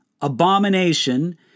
abomination